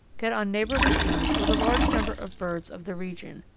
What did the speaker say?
get on neighbourly terms with a large number of birds of the region,